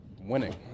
winning